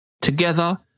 Together